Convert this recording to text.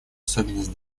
особенность